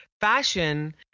Fashion